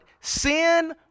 sin